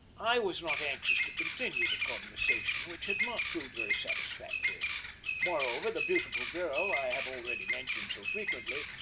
i was not anxious to continue the conversation, which had not proved very satisfactory moreover, the beautiful girl i have already mentioned so frequently,